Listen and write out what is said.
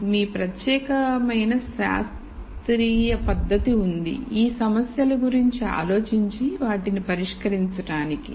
మీకు మీ ప్రత్యేకత శాస్త్రీయ పద్ధతి ఉంది ఈ సమస్యల గురించి ఆలోచించి వాటిని పరిష్కరించడానికి